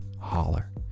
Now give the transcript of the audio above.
holler